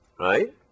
right